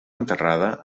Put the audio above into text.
enterrada